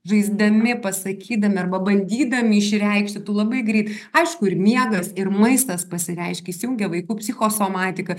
žaisdami pasakydami arba bandydami išreikšti tu labai greit aišku ir miegas ir maistas pasireiškia įsijungia vaikų psichosomatika